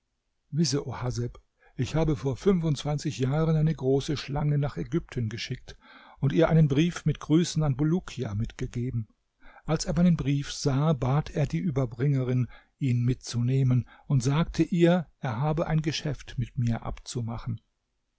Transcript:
ich habe vor fünfundzwanzig jahren eine große schlange nach ägypten geschickt und ihr einen brief mit grüßen an bulukia mitgegeben als er meinen brief sah bat er die überbringerin ihn mitzunehmen und sagte ihr er habe ein geschäft mit mir abzumachen